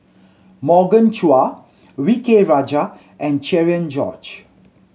Morgan Chua V K Rajah and Cherian George